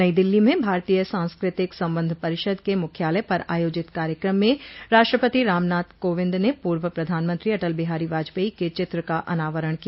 नई दिल्ली में भारतीय सांस्कृतिक संबंध परिषद के मुख्यालय पर आयोजित कार्यक्रम में राष्ट्रपति रामनाथ कोविंद ने पूर्व प्रधानमंत्री अटल बिहारी वाजपेयी के चित्र का अनावरण किया